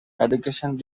education